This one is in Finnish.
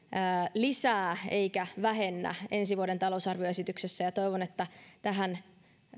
lisää eikä vähennä ensi vuoden talousarvioesityksessä toivon että tähän